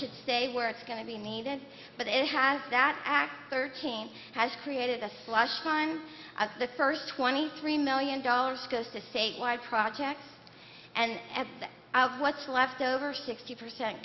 just stays where it's going to be needed but it has that act thirteen has created a slush time as the first twenty three million dollars goes to statewide projects and what's left over sixty percent